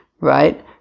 right